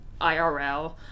IRL